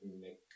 make